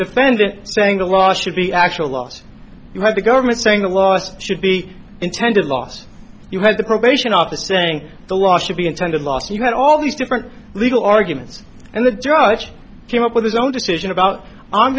defendant saying the law should be actual last you have the government saying the last should be intended loss you had the probation officer saying the law should be attended last you had all these different legal arguments and the judge came up with his own decision about i'm